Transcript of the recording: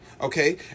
Okay